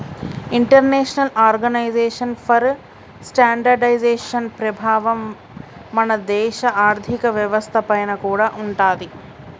international organisation for standardisation ప్రభావం మన దేశ ఆర్ధిక వ్యవస్థ పైన కూడా ఉంటాది